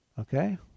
Okay